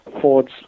Ford's